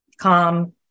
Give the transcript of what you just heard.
calm